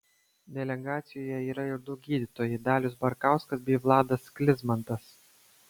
delegacijoje yra ir du gydytojai dalius barkauskas bei vladas sklizmantas